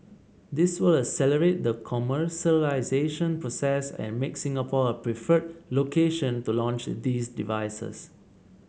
this will accelerate the commercialisation process and make Singapore a preferred location to launch these devices